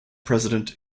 president